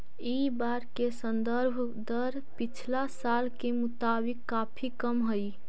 इ बार के संदर्भ दर पिछला साल के मुताबिक काफी कम हई